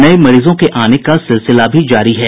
नये मरीजों के आने का सिलसिला भी जारी है